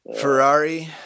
Ferrari